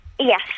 Yes